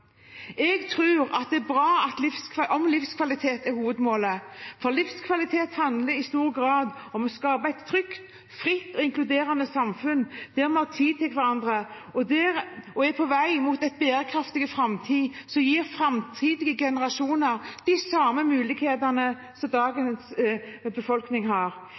det er bra om livskvalitet er hovedmålet, for livskvalitet handler i stor grad om å skape et trygt, fritt og inkluderende samfunn der vi har tid til hverandre og er på vei mot en bærekraftig framtid som gir framtidige generasjoner de samme mulighetene som dagens befolkning har.